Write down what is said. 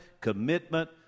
commitment